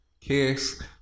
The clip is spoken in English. kiss